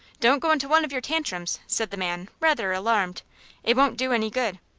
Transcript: don't go into one of your tantrums, said the man, rather alarmed it won't do any good.